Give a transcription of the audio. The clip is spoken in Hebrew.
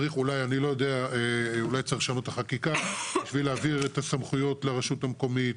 אולי צריך לשנות את החקיקה בשביל להעביר את הסמכויות לרשות המקומית,